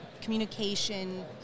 communication